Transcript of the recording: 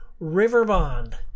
Riverbond